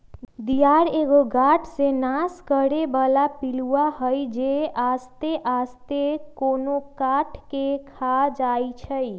दियार एगो काठ के नाश करे बला पिलुआ हई जे आस्ते आस्ते कोनो काठ के ख़ा जाइ छइ